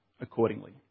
accordingly